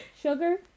sugar